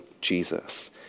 Jesus